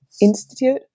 Institute